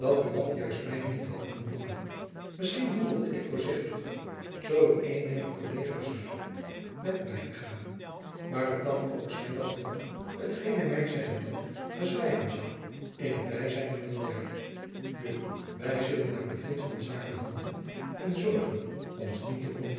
dat buat juist my niet had doen roepen misschien handelde ik voorzichtiger zoo ik een mijner kollegaas verzocht met my te gaan maar t kan ook zijn dat buat hetgeen hy my zeggen wil verzwijgen zoû in t byzijn van een derde nu wy zullen naar bevind van zaken handelen en zorgen ons niet te